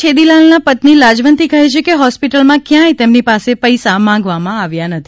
છેદીલાલની પત્ની લાજવંતી કહે છે કે હોસ્પિટલમાં ક્યાંથ તેમની પાસે પૈસા માંગવામાં આવ્યા નથી